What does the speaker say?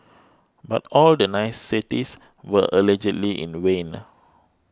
but all the niceties were allegedly in the vain